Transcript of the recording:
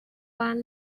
one